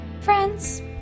Friends